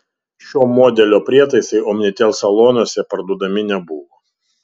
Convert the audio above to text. šio modelio prietaisai omnitel salonuose parduodami nebuvo